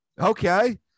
Okay